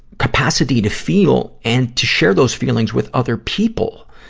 capacity to feel and to share those feelings with other people.